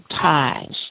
ties